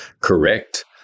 Correct